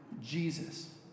Jesus